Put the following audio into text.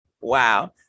Wow